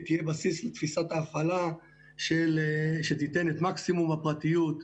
תהיה בסיס לתפיסת ההפעלה שתיתן את מקסימום הפרטיות,